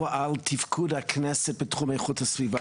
על תפקוד הכנסת ה-24 בתחום איכות הסביבה,